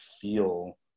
feel